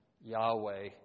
Yahweh